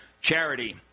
charity